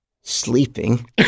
sleeping